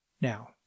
now